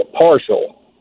partial